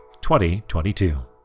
2022